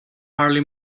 hardly